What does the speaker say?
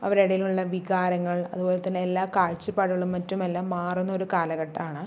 അവരെ ഇടയിലുള്ള വികാരങ്ങൾ അതുപോലെ തന്നെ എല്ലാ കാഴ്ചപ്പാടുകളും മറ്റും എല്ലാം മാറുന്ന ഒരു കാലഘട്ടമാണ്